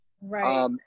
Right